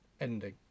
ending